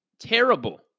terrible